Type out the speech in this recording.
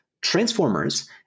transformers